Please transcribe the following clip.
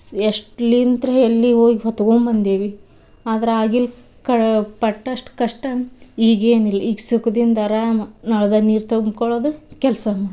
ಎಷ್ಟ್ಲಿಂತ್ರ ಎಲ್ಲಿ ಹೋಗಿ ಹೊತ್ಕೊಂಡ್ಬಂದೇವಿ ಆದ್ರೆ ಆಗಿನ್ ಕ್ ಪಟ್ಟ ಅಷ್ಟು ಕಷ್ಟ ಈಗೇನಿಲ್ಲ ಈಗ ಸುಖ್ದಿಂದ ಆರಾಮ ನಳದ ನೀರು ತುಂಬ್ಕೊಳ್ಳೋದು ಕೆಲಸ ಮಾ